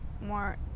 more